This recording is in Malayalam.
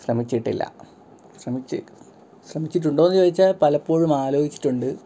ശ്രമിച്ചിട്ടില്ല ശ്രമിച്ചിട്ടുണ്ടോന്ന് ചോദിച്ചാല് പലപ്പോഴും ആലോചിച്ചിട്ടുണ്ട്